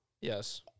Yes